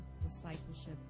discipleship